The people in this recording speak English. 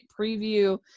preview